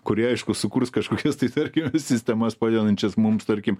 kurie aišku sukurs kažkokias tai tarkime sistemas padedančias mums tarkim